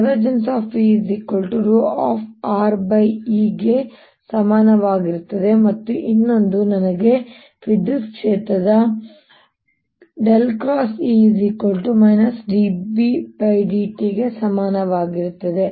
E 𝝆Ɛ ಗೆ ಸಮನಾಗಿರುತ್ತದೆ ಮತ್ತು ಇನ್ನೊಂದು ನನಗೆ ವಿದ್ಯುತ್ ಕ್ಷೇತ್ರದ B∂t ಗೆ ಸಮನಾಗಿರುತ್ತದೆ